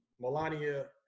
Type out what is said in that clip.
Melania